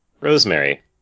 Rosemary